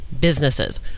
businesses